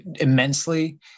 immensely